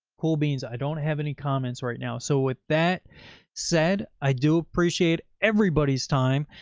cool beans. i don't have any comments right now. so with that said, i do appreciate everybody's time.